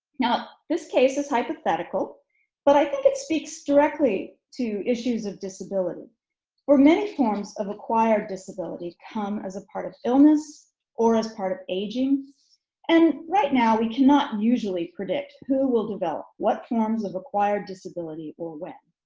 now this case is hypothetical but i think it speaks directly to issues of disability where many forms of acquired disability come as a part of illness or as part of aging and right now we cannot usually predict who will develop what terms of acquired disability or when.